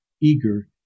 eager